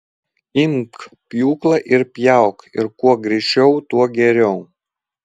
imk pjūklą ir pjauk ir kuo greičiau tuo geriau